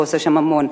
ואתה עושה שם המון.